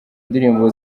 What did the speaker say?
indirimbo